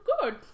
good